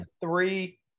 three